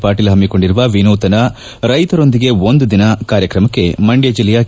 ಪಾಟೀಲ್ ಹಮ್ಮಿಕೊಂಡಿರುವ ವಿನೂತನ ರೈತರೊಂದಿಗೆ ಒಂದು ದಿನ ಕಾರ್ಯಕ್ರಮಕ್ಕೆ ಮಂದ್ಯ ಜಿಲ್ಲೆಯ ಕೆ